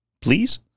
please